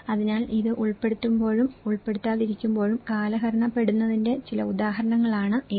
അതിനാൽ ഇത് ഉൾപ്പെടുത്തുമ്പോഴും ഉൾപ്പെടുത്താതിരിക്കുമ്പോഴും കാലഹരണപ്പെടുന്നതിന്റെ ചില ഉദാഹരണങ്ങളാണ് ഇവ